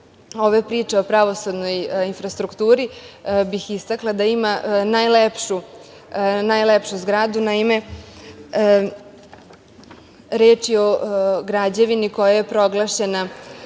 ove priče o pravosudnoj infrastrukturi, bih istakla da ima najlepšu zgradu. Naime, reč je o građevini koja je proglašena